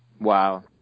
Wow